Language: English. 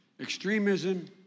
Extremism